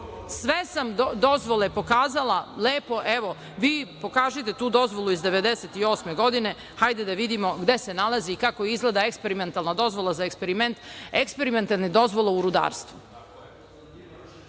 Sve sam dozvole pokazala lepo. Evo, vi pokažite tu dozvolu iz 1998. godine. Hajde da vidimo gde se nalazi i kako izgleda eksperimentalna dozvola za eksperiment, eksperimentalne dozvole u rudarstvu. Rekli